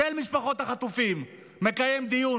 של משפחות החטופים, מקיים דיון.